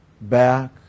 back